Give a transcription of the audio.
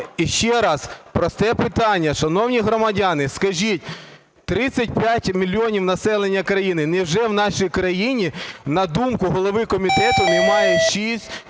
І ще раз просте питання. Шановні громадяни, скажіть, 35 мільйонів населення країни, невже в нашій країні, на думку голови комітету, немає шість